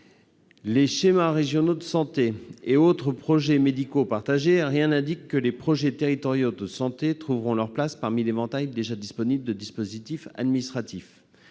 les schémas régionaux de santé et autres projets médicaux partagés, rien n'indique que les projets territoriaux de santé trouveront leur place parmi l'éventail déjà disponible de dispositifs administratifs.